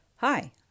Hi